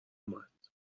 اومد